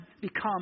become